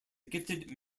gifted